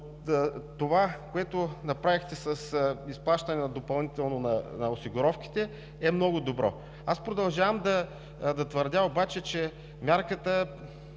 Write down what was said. Това, което направихте с изплащане допълнително на осигуровките, е много добро. Аз продължавам да твърдя обаче, че мярката